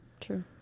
true